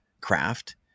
craft